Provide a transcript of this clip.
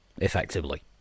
effectively